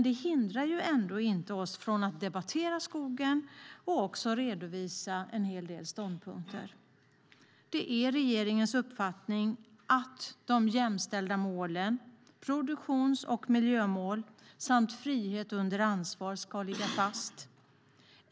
Det hindrar oss dock inte från att debattera skogen och även redovisa en hel del ståndpunkter. Det är regeringens uppfattning att de jämställda målen, produktions och miljömålen samt frihet under ansvar, ska ligga fast.